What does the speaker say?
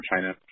China